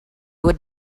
would